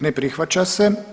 Ne prihvaća se.